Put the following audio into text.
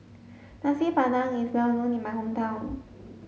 Nasi Padang is well known in my hometown